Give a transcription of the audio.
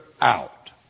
out